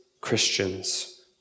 Christians